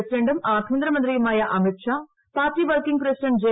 പ്രസിഡന്റും ആഭ്യന്തരമന്ത്രിയുമായ Amit Shah party working president J